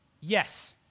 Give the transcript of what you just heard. Yes